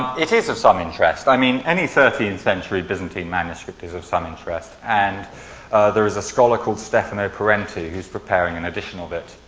it is of some interest. i mean any thirteenth century byzantine manuscript is of some interest and there is a scholar called so pareti who's preparing an edition of it.